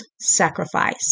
sacrifice